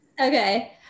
Okay